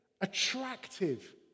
attractive